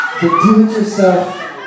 do-it-yourself